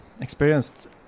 experienced